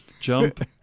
Jump